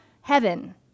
heaven